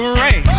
rain